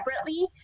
separately